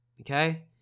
okay